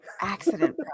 accident